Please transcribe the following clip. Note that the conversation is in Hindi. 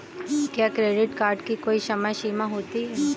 क्या क्रेडिट कार्ड की कोई समय सीमा होती है?